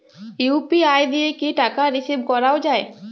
UPI দিয়ে কি টাকা রিসিভ করাও য়ায়?